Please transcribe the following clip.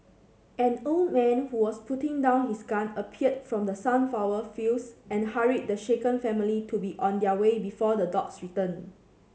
an old man who was putting down his gun appeared from the sunflower fields and hurried the shaken family to be on their way before the dogs return